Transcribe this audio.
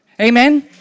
Amen